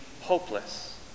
hopeless